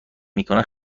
میکنند